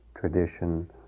tradition